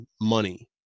money